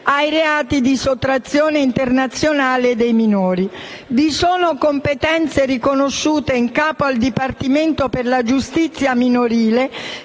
i reati di sottrazione internazionale dei minori. Vi sono competenze riconosciute in capo al Dipartimento per la giustizia minorile